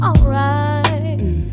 Alright